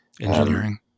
engineering